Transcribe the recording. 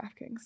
DraftKings